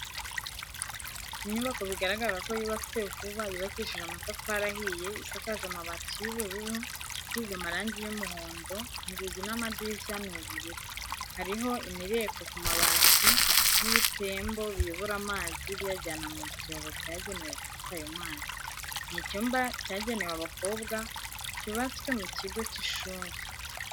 Inyubako bigaragara ko yubatswe vuba yubakishije amatafari ahiye isakaje amabati y'ubururu isize amarangi y'umuhondo inzugi n'amadirishya ni ubururu, hariho imireko ku mabati n'ibitembo biyobora amazi biyajyana mu byobo byagenewe gufata ayo mazi, ni icyumba cyagenewe abakobwa cyubatswe mu kigo cy'ishuri.